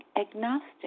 agnostic